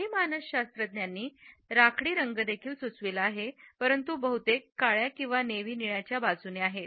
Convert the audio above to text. काही मानसशास्त्रज्ञांनी राखाडी देखील सुचविले आहे परंतु बहुतेक काळ्या किंवा नेव्ही निळाच्या बाजूने आहेत